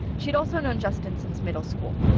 she'd also known justin since middle school.